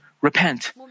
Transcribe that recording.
repent